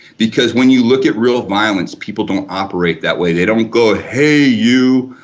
because when you look at real violence people don't operate that way, they don't go hey you,